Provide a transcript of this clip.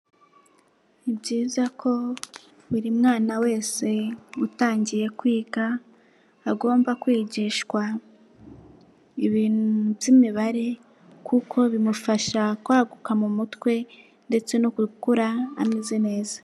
Ni byiza ko buri mwana wese utangiye kwiga agomba kwigishwa by'imibare kuko bimufasha kwaguka mu mutwe ndetse no gukura ameze neza.